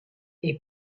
est